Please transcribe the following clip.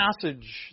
passage